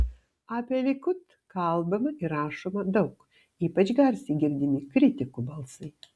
apie likud kalbama ir rašoma daug ypač garsiai girdimi kritikų balsai